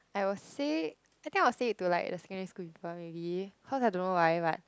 I will say I think I will say it to like the secondary school people maybe cause I don't know why but